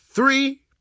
Three